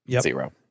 Zero